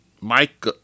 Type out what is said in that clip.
Mike